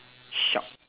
sharp